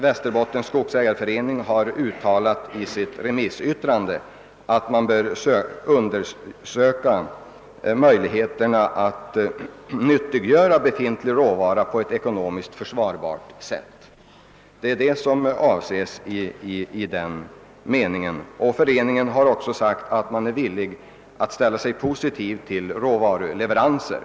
Västerbottens skogsägareförening har i sitt remissyttrande uttalat att man bör undersöka möjligheterna att nyttiggöra befintlig råvara på ett ekonomiskt försvarbart sätt; alltså att finna produkten och den som tillverkar den. Föreningen som bl.a. driver ett modernt sågverk och husbyggnad i Storuman; ställer sig positiv till eventuella råvaruleveranser.